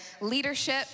leadership